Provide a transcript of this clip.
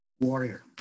warrior